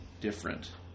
different